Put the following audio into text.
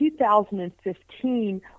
2015